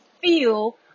feel